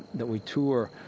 that we tour,